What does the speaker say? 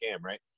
right